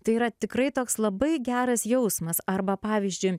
tai yra tikrai toks labai geras jausmas arba pavyzdžiui